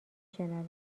شنوم